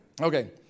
Okay